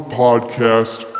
podcast